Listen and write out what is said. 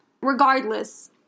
Regardless